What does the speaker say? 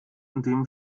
dem